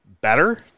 better